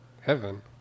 Heaven